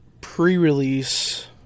pre-release